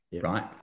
right